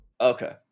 okay